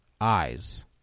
eyes